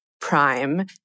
Prime